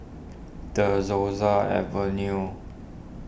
De Souza Avenue